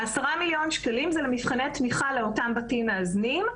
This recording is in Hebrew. עשרה מיליון שקלים זה למבחני תמיכה לאותם בתים מאזנים,